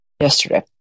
yesterday